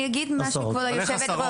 מה זה עשרות,